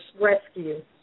rescue